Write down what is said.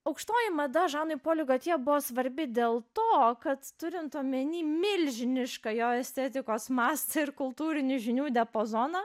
aukštoji mada žanui poliui kad jie buvo svarbi dėl to kad turint omenyje milžinišką jo estetikos mastą ir kultūrinių žinių diapazoną